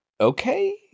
Okay